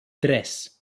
tres